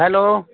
hello